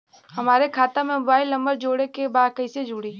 हमारे खाता मे मोबाइल नम्बर जोड़े के बा कैसे जुड़ी?